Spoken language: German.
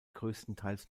größtenteils